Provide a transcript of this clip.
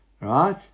right